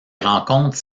rencontre